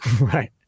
Right